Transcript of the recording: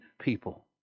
people